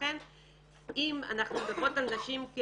אם אנחנו מדברות על נשים,